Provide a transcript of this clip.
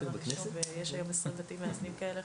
יש היום 20 בתים מאזנים כאלה.